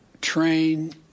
train